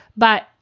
but,